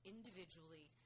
individually